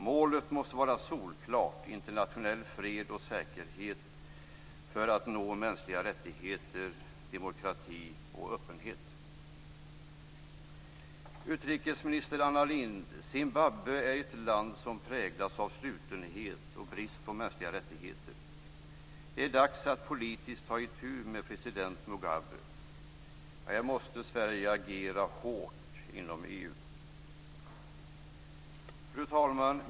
Målet måste vara solklart: internationell fred och säkerhet för att nå mänskliga rättigheter, demokrati och öppenhet. Utrikesminister Anna Lindh! Zimbabwe är ett land som präglas av slutenhet och brist på mänskliga rättigheter. Det är dags att politiskt ta itu med president Mugabe. Här måste Sverige agera hårt inom EU. Fru talman!